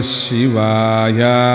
Shivaya